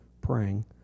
praying